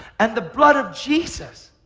and the blood of jesus